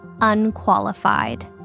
unqualified